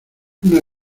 una